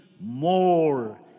more